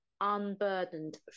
unburdened